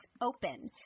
open